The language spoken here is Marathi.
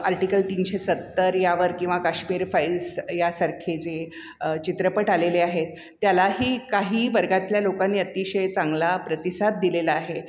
आर्टिकल तीनशे सत्तर यावर किंवा काश्मीर फाईल्स यासारखे जे चित्रपट आलेले आहेत त्यालाही काही वर्गातल्या लोकांनी अतिशय चांगला प्रतिसाद दिलेला आहे